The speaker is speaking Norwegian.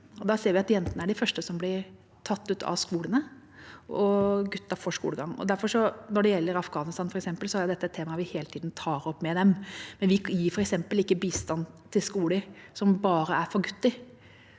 Der ser vi at jentene er de første som blir tatt ut av skolene, mens guttene får skolegang. Når det gjelder f.eks. Afghanistan, er dette et tema vi hele tida tar opp med dem, og vi gir f.eks. ikke bistand til skoler som bare er for gutter,